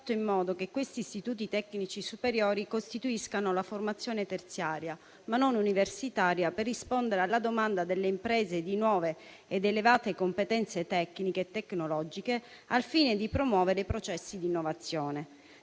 in modo che questi istituti tecnici superiori costituiscano la formazione terziaria, ma non universitaria, che dovrebbe rispondere alla domanda delle imprese di nuove ed elevate competenze tecniche e tecnologiche per promuovere i processi di innovazione,